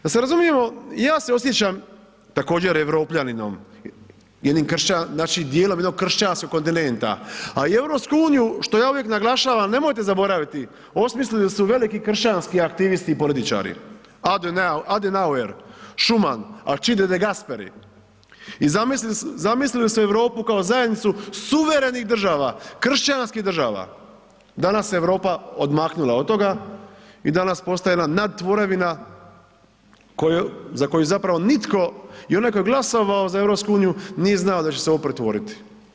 Da se razumijemo, ja se osjećam također Europljaninom, jednim, znači dijelom jednog kršćanskog kontinenta, a i EU što ja uvijek naglašavam, nemojte zaboraviti, osmislili su veliki kršćanski aktivisti i političari, Adenauer, Schuman, Alcide De Gasperi, i zamislili su Europu kao zajednicu suverenih država, kršćanskih država, danas se Europa odmaknula od toga i danas postaje jedna nadtvorevina za koju zapravo nitko i onaj tko je glasovao za EU nije znao da će se u ovo pretvoriti.